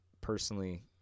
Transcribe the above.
personally